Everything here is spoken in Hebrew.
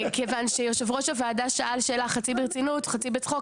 כיוון שיושב ראש הוועדה שאל שאלה חצי ברצינות חצי בצחוק,